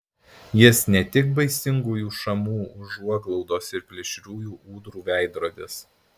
jis ne tik baisingųjų šamų užuoglaudos ir plėšriųjų ūdrų veidrodis